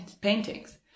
paintings